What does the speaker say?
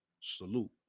salute